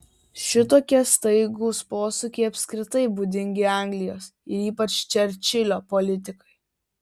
šitokie staigūs posūkiai apskritai būdingi anglijos ir ypač čerčilio politikai